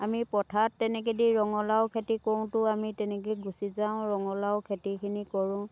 আমি পথাৰত তেনেকৈ দি ৰঙালাও খেতি কৰোঁতেও আমি তেনেকৈয়ে গুচি যাওঁ ৰঙালাও খেতিখিনি কৰোঁ